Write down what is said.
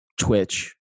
Twitch